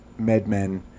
MedMen